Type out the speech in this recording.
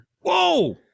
Whoa